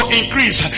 increase